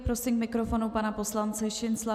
Prosím k mikrofonu pana poslance Šincla.